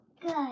Good